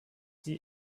die